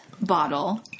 bottle—